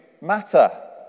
matter